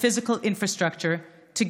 העם היהודי בנה יחדיו תשתית פיזית.